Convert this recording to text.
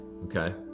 Okay